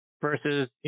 versus